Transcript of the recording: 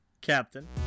Captain